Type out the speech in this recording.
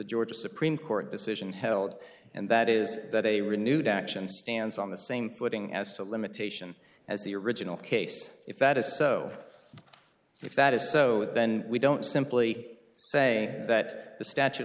georgia supreme court decision held and that is that a renewed action stands on the same footing as to limitation as the original case if that is so if that is so then we don't simply say that the statute of